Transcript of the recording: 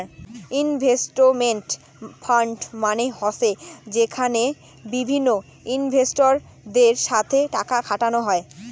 investment fund মানে হসে যেখানে বিভিন্ন ইনভেস্টরদের সাথে টাকা খাটানো হই